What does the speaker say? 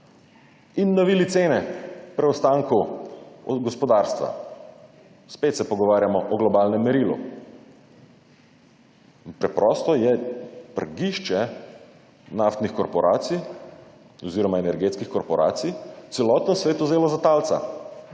in navili cene preostanku gospodarstva. Spet se pogovarjamo o globalnem merilu. In preprosto je prgišče naftnih korporacij oziroma energetskih korporacij celoten svet vzelo za talca